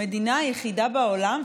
המדינה היחידה בעולם,